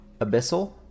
Abyssal